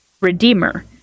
Redeemer